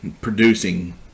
producing